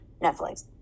Netflix